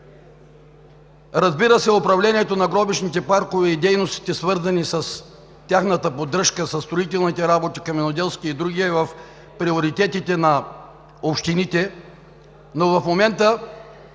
Разбира се, управлението на гробищните паркове и дейностите, свързани с тяхната поддръжка, със строителните работи – каменоделски и други, са в приоритетите на общините. В момента